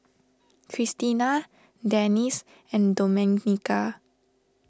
Christina Denis and Domenica